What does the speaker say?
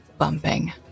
bumping